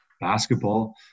basketball